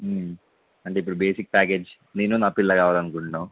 అంటే ఇప్పుడు basic package నేను నా పిల్ల కావాలనుకుంటున్నాం